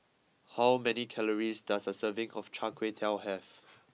how many calories does a serving of Chai Kway Tow have